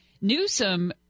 Newsom